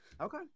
Okay